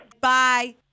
Bye